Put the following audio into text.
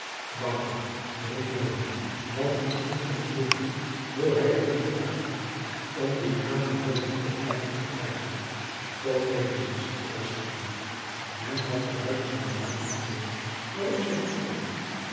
want ik moet eens hooren hoe hij het toch geklaard heeft om die knapen boven op dat kamertje te krijgen tot wederziens heer schout men gaf den ruiters hunne wapenen terug waarop zij vertrokken